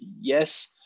yes